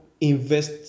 invest